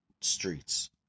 streets